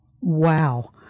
Wow